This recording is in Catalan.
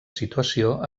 situació